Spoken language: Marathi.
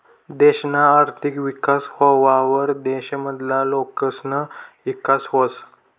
देशना आर्थिक विकास व्हवावर देश मधला लोकसना ईकास व्हस